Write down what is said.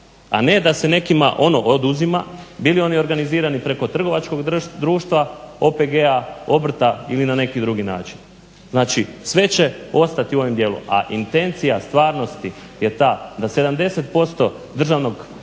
a ne da se nekima ono oduzima bili oni organizirani preko trgovačkog društva, OPG-a, obrta ili na neki drugi način. Znači, sve će ostati u ovom dijelu. A intencija stvarnosti je ta da 70% državnog,